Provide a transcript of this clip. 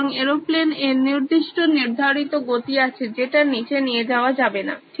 সুতরাং এরোপ্লেন এর নির্দিষ্ট নির্ধারিত গতি আছে যেটার নিচে নিয়ে যাওয়া যাবে না